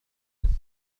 النصف